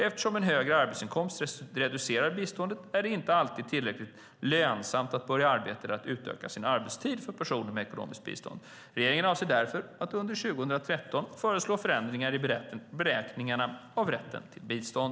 Eftersom en högre arbetsinkomst reducerar biståndet är det inte alltid tillräckligt lönsamt att börja arbeta eller att utöka sin arbetstid för personer med ekonomiskt bistånd. Regeringen avser därför att under 2013 föreslå förändringar i beräkningen av rätten till bistånd.